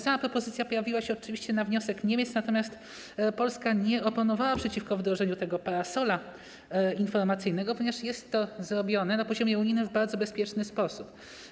Sama propozycja pojawiła się na wniosek Niemiec, natomiast Polska nie oponowała przeciwko wdrożeniu tego „parasola informacyjnego”, ponieważ jest to zrobione na poziomie unijnym w bardzo bezpieczny sposób.